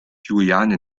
juliane